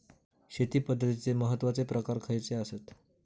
शेती पद्धतीचे महत्वाचे प्रकार खयचे आसत?